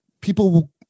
people